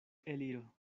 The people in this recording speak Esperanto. eliro